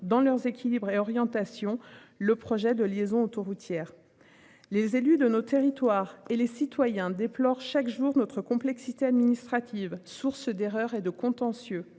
dans leurs équilibre réorientation. Le projet de liaison autoroutière. Les élus de nos territoires et les citoyens déplore chaque jour notre complexité administrative source d'erreurs et de contentieux